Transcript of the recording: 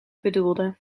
bedoelde